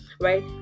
right